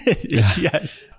yes